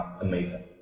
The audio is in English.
amazing